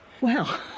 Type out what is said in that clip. Wow